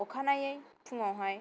अखानायै फुङावहाय